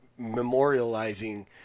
memorializing